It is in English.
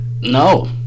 no